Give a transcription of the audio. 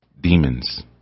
Demons